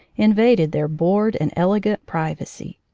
in vaded their bored and elegant privacy.